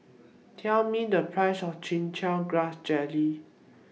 Tell Me The priceS of Chin Chow Grass Jelly